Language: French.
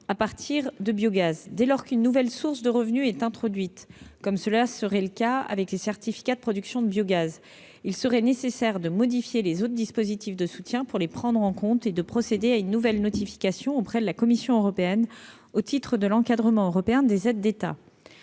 à partir de biogaz. Dès lors qu'une nouvelle source de revenus est introduite, comme cela serait le cas avec les certificats de production de biogaz, il serait nécessaire de modifier les autres dispositifs de soutien pour les prendre en compte et de procéder à une nouvelle notification auprès de la Commission européenne au titre de l'encadrement européen des aides d'État.